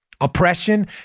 Oppression